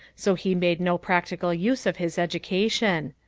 so he made no practical use of his education.